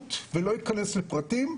בעדינות ולא אכנס לפרטים,